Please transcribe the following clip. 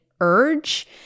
urge